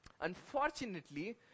Unfortunately